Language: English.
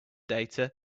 data